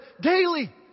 daily